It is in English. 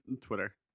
Twitter